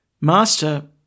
Master